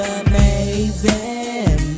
amazing